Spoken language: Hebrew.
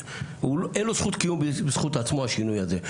אין לו זכות קיום בזכות עצמו השינוי הזה,